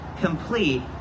complete